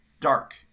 dark